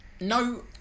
No